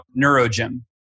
Neurogym